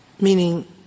meaning